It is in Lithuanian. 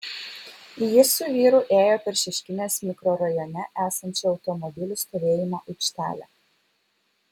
ji su vyru ėjo per šeškinės mikrorajone esančią automobilių stovėjimo aikštelę